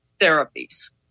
therapies